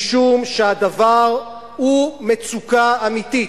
משום שהדבר הוא מצוקה אמיתית.